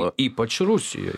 ypač rusijoj